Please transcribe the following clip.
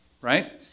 right